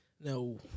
No